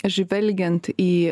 žvelgiant į